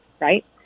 right